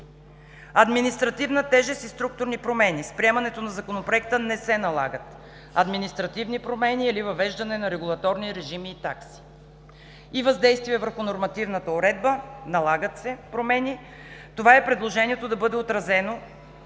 Административна тежест и структурни промени: с приемането на Законопроекта не се налагат административни промени или въвеждане на регулаторни режими и такси. Въздействие върху нормативната уредба: налагат се промени. Това е предложението да бъде отразено